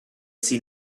seen